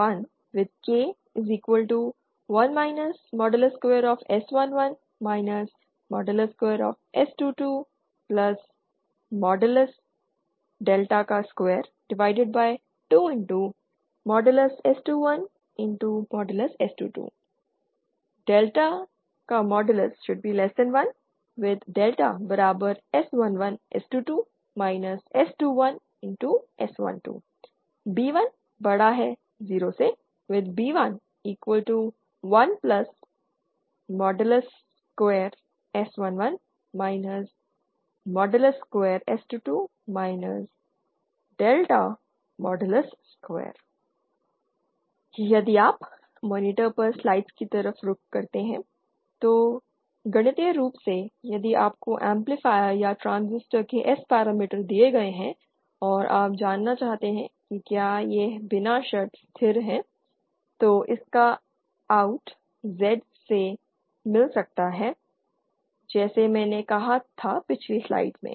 K1 with K1 S112 S222∆22S21S22 ∆1 with ∆S11S22 S21S12 B10 with B11S112 S222 ∆2 यदि आप monitor पर slides की तरफ रुख करते हैं तो गणितीय रूप से यदि आपको एम्पलीफायर या ट्रांजिस्टर के S पैरामीटर दिए गए हैं और आप जानना चाहते हैं कि क्या यह बिना शर्त स्थिर है तो आपको OUT Z में मिल सकता है जैसे मैंने कहा था पिछली स्लाइड में